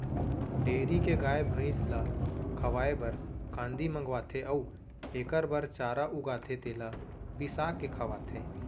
dairy के गाय, भँइस ल खवाए बर कांदी मंगवाथें अउ एकर बर चारा उगाथें तेला बिसाके खवाथें